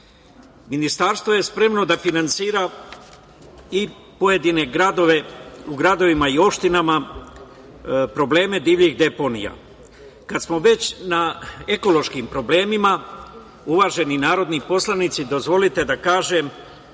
otpadom. Ministarstvo je spremno da finansira u gradovima i opštinama probleme divljih deponija. Kad smo već na ekološkim problemima, uvaženi narodni poslanici, dozvolite da kažem